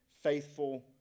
faithful